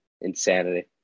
Insanity